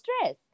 stress